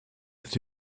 that